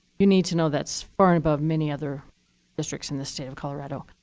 you need to know that's far and above many other districts in the state of colorado.